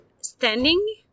standing